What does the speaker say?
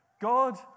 God